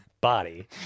body